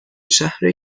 شهر